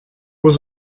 was